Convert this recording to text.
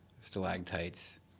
stalactites